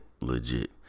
legit